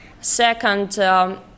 Second